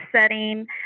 setting